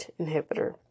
inhibitor